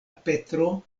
petro